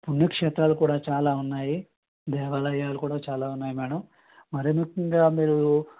పుణ్యక్షేత్రాలు కూడా చాలా ఉన్నాయి దేవాలయాలు కూడా చాలా ఉన్నాయి మేడమ్ మరి ముఖ్యంగా మీరు